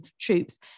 troops